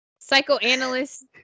psychoanalyst